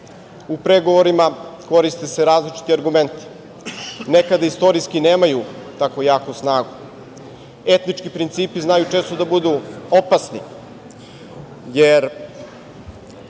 U pregovorima se koriste različiti argumenti. Nekada istorijski nemaju tako jaku snagu. Etnički principi znaju često da budu opasni, jer